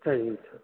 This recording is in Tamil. சரிங்க சார்